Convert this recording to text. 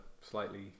slightly